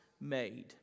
made